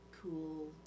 cool